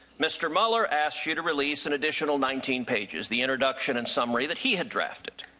mr. mueller asks you to release an additional nineteen pages. the introduction and summary that he had drafted.